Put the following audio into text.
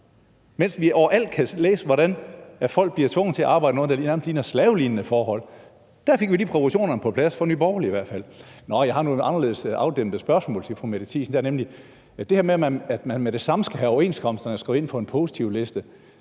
mens vi overalt kan læse, hvordan folk bliver tvunget til at arbejde under nærmest slavelignende forhold. Der fik vi i hvert fald lige proportionerne på plads fra Nye Borgerlige. Nå, jeg har nu et anderledes afdæmpet spørgsmål til fru Mette Thiesen. Hvad angår det her med, at man med det samme skal have overenskomsterne skrevet ind på en positivliste,